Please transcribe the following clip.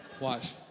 Watch